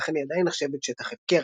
ולכן היא עדיין נחשבת "שטח הפקר".